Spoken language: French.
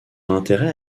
intérêt